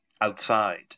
outside